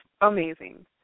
amazing